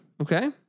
Okay